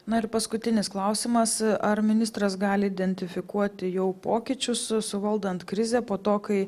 na ir paskutinis klausimas ar ministras gali identifikuoti jau pokyčius suvaldant krizę po to kai